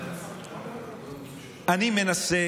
אני מנסה